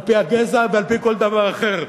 על-פי הגזע ועל-פי כל דבר אחר.